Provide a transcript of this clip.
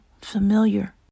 familiar